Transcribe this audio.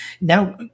now